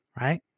right